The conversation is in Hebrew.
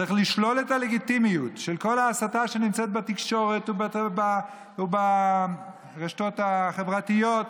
צריך לשלול את הלגיטימיות של כל ההסתה שנמצאת בתקשורת וברשתות החברתיות,